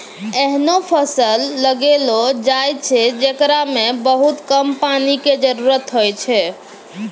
ऐहनो फसल लगैलो जाय छै, जेकरा मॅ बहुत कम पानी के जरूरत होय छै